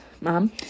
Mom